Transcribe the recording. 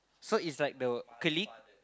so it's like the clique